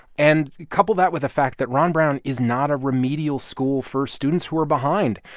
and couple that with the fact that ron brown is not a remedial school for students who are behind.